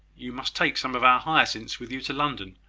you must take some of our hyacinths with you to london,